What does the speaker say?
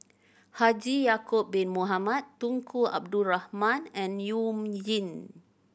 Haji Ya'acob Bin Mohamed Tunku Abdul Rahman and You Jin